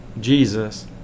Jesus